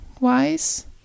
wise